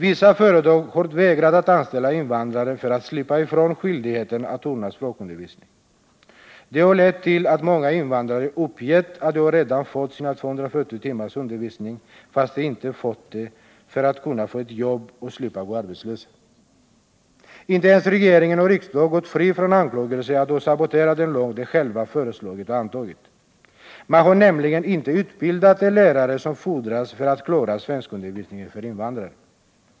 Vissa företag har vägrat att anställa invandrare för att på sätt slippa ifrån skyldigheten att ordna språkundervisning. Det harlett till att många invandrare för att få ett jobb och för att slippa gå arbetslösa har uppgett att de redan fått sina 240 timmars undervisning, trots att de inte deltagit i någon sådan. Inte ens regeringen eller riksdagen går fria från anklagelsen att ha saboterat den lag som de själva föreslagit och antagit. Lärarna har nämligen inte fått den utbildning som fordras för att klara svenskundervisningen för invandrare.